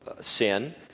sin